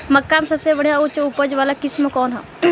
मक्का में सबसे बढ़िया उच्च उपज वाला किस्म कौन ह?